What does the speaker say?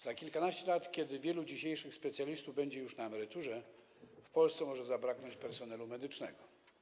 Za kilkanaście lat, kiedy wielu dzisiejszych specjalistów będzie już na emeryturze, w Polsce może zabraknąć personelu medycznego.